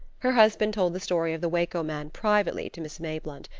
her husband told the story of the waco man privately to miss mayblunt,